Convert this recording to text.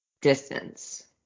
distance